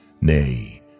nay